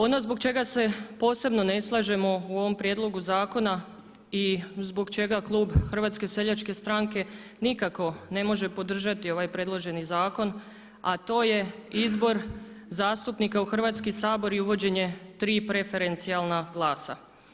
Ono zbog čega se posebno ne slažemo u ovom prijedlogu zakona i zbog čega klub HSS-a nikako ne može podržati ovaj predloženi zakon, a to je izbor zastupnika u Hrvatski sabor i uvođenje tri preferencijalna glasa.